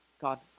God